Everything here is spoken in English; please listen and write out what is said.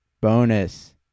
bonus